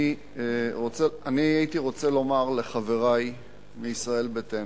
אני הייתי רוצה לומר לחברי מישראל ביתנו,